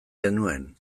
genuen